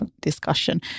discussion